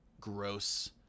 gross